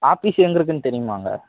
office எங்கருக்குனு தெரியுமாங்க